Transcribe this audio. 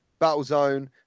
Battlezone